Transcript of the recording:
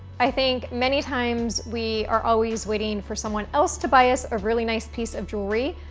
i think many times we are always waiting for someone else to buy us a really nice piece of jewelry,